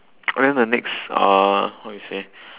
and the next uh how you say